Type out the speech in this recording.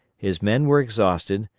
his men were exhausted,